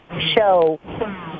show